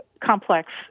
complex